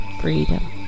freedom